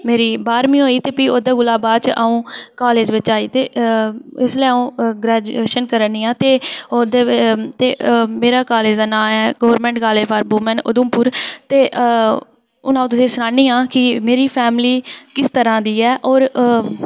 मेरी बाह्रमीं होई ते ओह्दे कोला बाद च अऊं कॉलेज बिच आई इसलै अऊं ग्रैजूएशन करा नी आं ते मेरे कालेज दा नांऽ ऐ government college for women Udhampur ते हून अ'ऊं तुसें गी सनान्नी आं कि मेरी फैमिली किस तरह दी ऐ होर